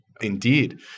Indeed